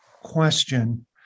question